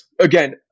again